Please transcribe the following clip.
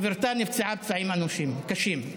וחברתה נפצעה פצעים אנושים, קשים.